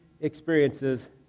experiences